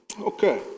Okay